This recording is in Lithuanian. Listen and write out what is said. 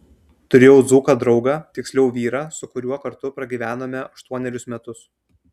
turėjau dzūką draugą tiksliau vyrą su kuriuo kartu pragyvenome aštuonerius metus